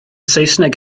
saesneg